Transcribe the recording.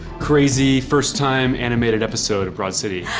crazy first time animated episode of broad city.